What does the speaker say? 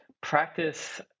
practice